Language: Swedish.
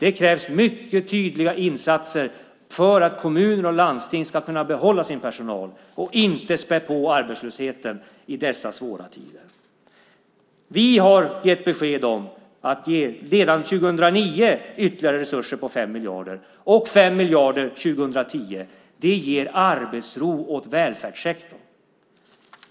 Det krävs mycket tydliga insatser för att kommuner och landsting ska kunna behålla sin personal och inte späda på arbetslösheten i dessa svåra tider. Det ger arbetsro åt välfärdssektorn.